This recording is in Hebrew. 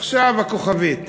עכשיו הכוכבית.